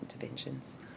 interventions